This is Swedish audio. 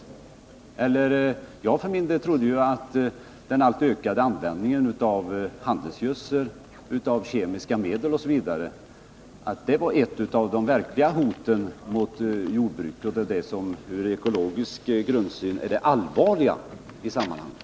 Jag trodde för min del att den alltmer ökade användningen av handelsgödsel, kemiska medel osv. är ett av de verkliga hoten mot jordbruket och det som ur ekologisk synpunkt är det allvarliga i sammanhanget.